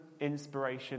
inspiration